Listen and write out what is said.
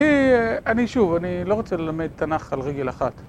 אני שוב, אני לא רוצה ללמד תנ״ך על רגל אחת.